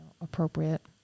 appropriate